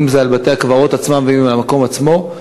אם על בתי-הקברות עצמם ואם על המקום עצמו.